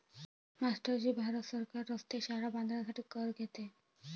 master ji Bharat सरकार रस्ते, शाळा बांधण्यासाठी कर घेते